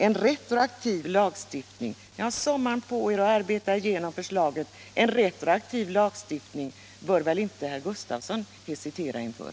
En retroaktiv lagstiftning — ni har sommaren på er att arbeta igenom förslaget — bör väl inte herr Gustavsson hesitera inför.